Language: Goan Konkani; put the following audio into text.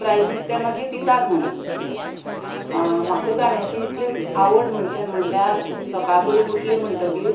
प्रायजीस ते मागीर दितात म्हणून तशें म्हाका गाण्याची इतली आवड म्हणचे म्हणल्यार सकाळ फुडें उटलें म्हणटगीर